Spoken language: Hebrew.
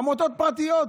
עמותות פרטיות,